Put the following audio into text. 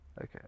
Okay